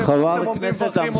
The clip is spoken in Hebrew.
היום אתם עומדים ומחבקים אותה,